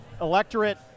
electorate